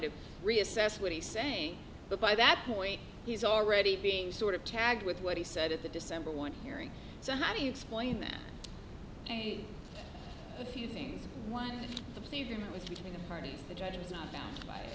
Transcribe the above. of reassess what he's saying but by that point he's already being sort of tagged with what he said at the december one hearing so how do you explain that a few things one of the view was between the parties the judges are found by